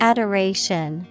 Adoration